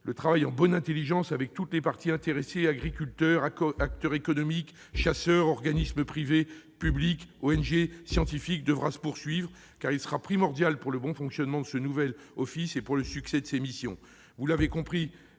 Le travail en bonne intelligence avec toutes les parties intéressées- agriculteurs, acteurs économiques, chasseurs, organismes privés et publics, ONG, scientifiques -devra se poursuivre, car il sera primordial pour le bon fonctionnement de ce nouvel office et pour le succès de ses missions.